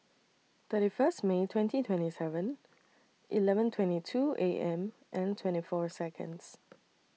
thirty First May twenty twenty Seven Eleven twenty two A M and twenty four Seconds